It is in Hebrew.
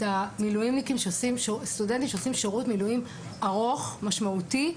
המילואימניקים שעושים שירות מילואים ארוך משמעותי,